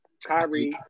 Kyrie